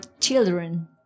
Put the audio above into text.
children